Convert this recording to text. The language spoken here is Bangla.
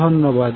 ধন্যবাদ